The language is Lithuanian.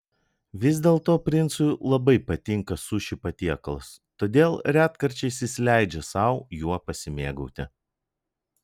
vis dėlto princui labai patinka suši patiekalas todėl retkarčiais jis leidžia sau juo pasimėgauti